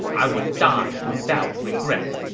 i would die without regret.